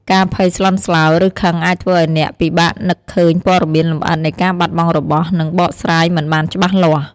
ការភ័យស្លន់ស្លោ ឬខឹងអាចធ្វើឲ្យអ្នកពិបាកនឹកឃើញព័ត៌មានលម្អិតនៃការបាត់បង់របស់ និងបកស្រាយមិនបានច្បាស់លាស់។